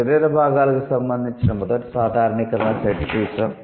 శరీర భాగాలకు సంబంధించిన మొదటి సాధారణీకరణల సెట్ చూసాం